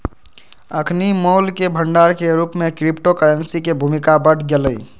अखनि मोल के भंडार के रूप में क्रिप्टो करेंसी के भूमिका बढ़ गेलइ